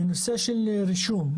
בנושא של הרישום,